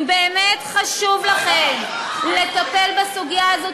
אם באמת חשוב לכם לטפל בסוגיה הזאת,